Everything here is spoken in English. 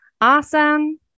Awesome